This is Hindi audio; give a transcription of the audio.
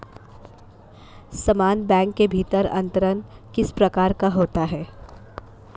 समान बैंक के भीतर अंतरण किस प्रकार का होता है?